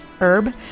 herb